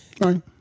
Right